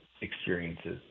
experiences